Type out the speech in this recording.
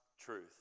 truth